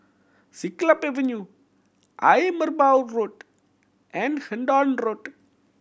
Siglap Avenue Ayer Merbau Road and Hendon Road